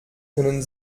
können